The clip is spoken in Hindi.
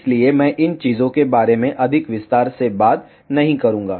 इसलिए मैं इन चीजों के बारे में अधिक विस्तार से बात नहीं करूंगा